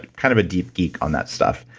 kind of a deep geek on that stuff.